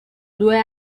due